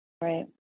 Right